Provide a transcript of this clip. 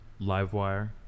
Livewire